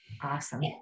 Awesome